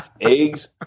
Eggs